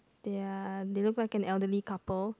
they are elderly couple